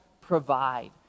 provide